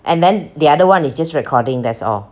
and then the other [one] is just recording that's all